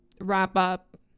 wrap-up